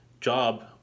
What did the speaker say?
job